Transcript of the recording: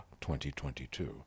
2022